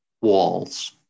walls